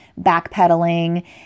backpedaling